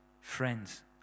Friends